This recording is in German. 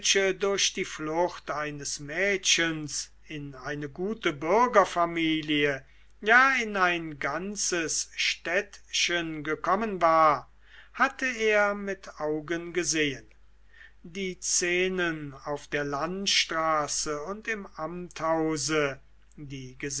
durch die flucht eines mädchens in eine gute bürgerfamilie ja in ein ganzes städtchen gekommen war hatte er mit augen gesehen die szenen auf der landstraße und im amthause